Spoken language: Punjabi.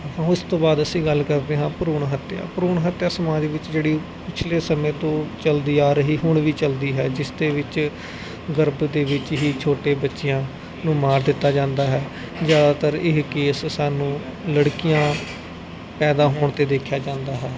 ਉਸ ਤੋਂ ਬਾਅਦ ਅਸੀਂ ਗੱਲ ਕਰਦੇ ਹਾਂ ਭਰੂਣ ਹੱਤਿਆ ਭਰੂਣ ਹੱਤਿਆ ਸਮਾਜ ਵਿੱਚ ਜਿਹੜੀ ਪਿਛਲੇ ਸਮੇਂ ਤੋਂ ਚਲਦੀ ਆ ਰਹੀ ਹੁਣ ਵੀ ਚਲਦੀ ਹੈ ਜਿਸ ਦੇ ਵਿੱਚ ਗਰਭ ਦੇ ਵਿੱਚ ਹੀ ਛੋਟੇ ਬੱਚੀਆਂ ਨੂੰ ਮਾਰ ਦਿੱਤਾ ਜਾਂਦਾ ਹੈ ਜ਼ਿਆਦਾਤਰ ਇਹ ਕੇਸ ਸਾਨੂੰ ਲੜਕੀਆਂ ਪੈਦਾ ਹੋਣ 'ਤੇ ਦੇਖਿਆ ਜਾਂਦਾ ਹੈ